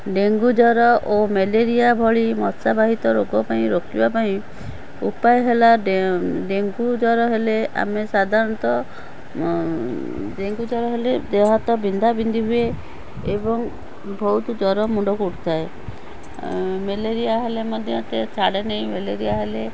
dengue ଜ୍ୱର ଓ malaria ଭଳି ମଶା ବାହିତ ରୋଗ ପାଇଁ ରୋକିବା ପାଇଁ ଉପାୟ ହେଲା ଡେଙ୍ଗୁ ଜ୍ୱର ହେଲେ ଆମେ ସାଧାରଣତଃ ଡେଙ୍ଗୁ ଜ୍ୱର ହେଲେ ଦେହ ହାତ ବିନ୍ଧାବିନ୍ଧି ହୁଏ ଏବଂ ବହୁତ ଜ୍ୱର ମୁଣ୍ଡକୁ ଉଠିଥାଏ ମ୍ୟାଲେରିଆ ହେଲେ ମଧ୍ୟ ସେ ଛାଡ଼େ ନାହିଁ ମ୍ୟାଲେରିଆ ହେଲେ